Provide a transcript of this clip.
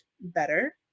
better